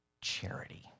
charity